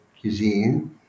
cuisine